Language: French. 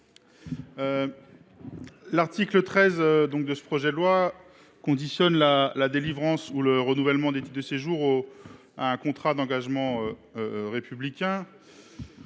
L’article 13 du présent projet de loi conditionne la délivrance ou le renouvellement des titres de séjour à la signature d’un contrat d’engagement républicain.